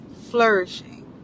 flourishing